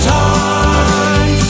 time